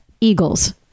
Eagles